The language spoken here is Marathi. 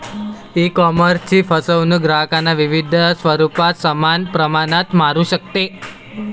ईकॉमर्सची फसवणूक ग्राहकांना विविध स्वरूपात समान प्रमाणात मारू शकते